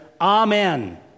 Amen